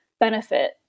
benefit